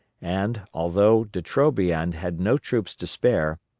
and, although de trobriand had no troops to spare,